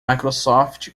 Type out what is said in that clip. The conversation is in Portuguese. microsoft